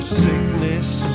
sickness